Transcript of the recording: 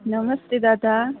नमस्ते दादा